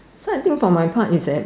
so I think for my part is that